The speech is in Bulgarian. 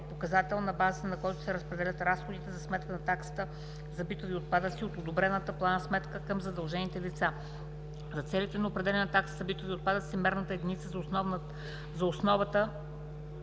показател, на базата на който се разпределят разходите за сметка на таксата за битови отпадъци от одобрената план-сметка към задължените лица. За целите на определяне на таксата за битови отпадъци мерната единица за основата